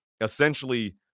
essentially